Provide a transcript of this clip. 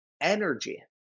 energy